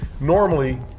normally